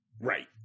right